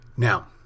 Now